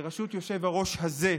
בראשות יושב-הראש הזה,